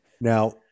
Now